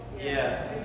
Yes